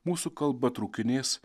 mūsų kalba trūkinės